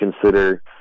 consider